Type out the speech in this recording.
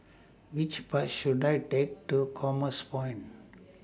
Which Bus should I Take to Commerce Point